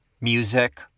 Music